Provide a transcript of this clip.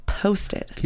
posted